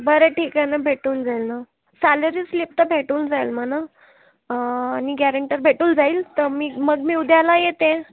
बरं ठीक आहे ना भेटून जाईल ना सॅलरी स्लिप तर भेटून जाईल मला आणि गॅरेंटर भेटून जाईल तर मी मग मी उद्याला येते